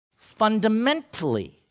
fundamentally